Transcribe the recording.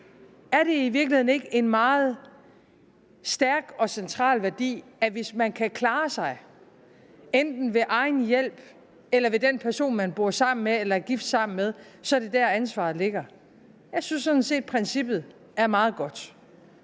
Er det i virkeligheden ikke en meget stærk og central værdi, at hvis man kan klare sig enten ved egen hjælp eller ved den person, man bor sammen med eller er gift med, så er det dér, ansvaret ligger? Jeg synes sådan set, at princippet er meget godt,